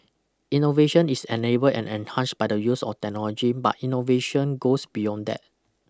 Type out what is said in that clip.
innovation is enabled and enhanced by the use of technology but innovation goes beyond that